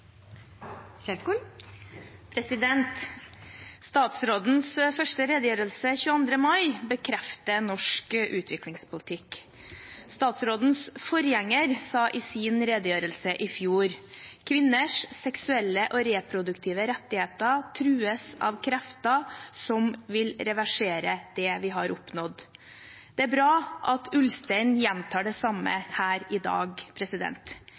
Statsrådens første redegjørelse, 23. mai, bekrefter norsk utviklingspolitikk. Statsrådens forgjenger sa i sin redegjørelse i fjor: «Kvinners seksuelle og reproduktive helse og rettigheter trues av krefter som vil reversere det vi har oppnådd.» Det er bra at